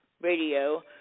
Radio